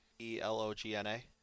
E-L-O-G-N-A